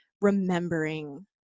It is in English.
remembering